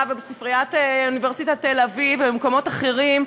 ובספריית אוניברסיטת תל-אביב ובמקומות אחרים,